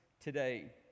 today